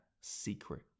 secret